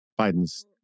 Biden's